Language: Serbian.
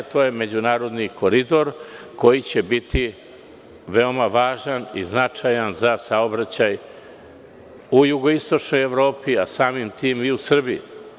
To je međunarodni koridor koji će biti veoma važan i značajan za saobraćaj u jugoistočnoj Evropi, a samim tim i u Srbiji.